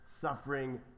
suffering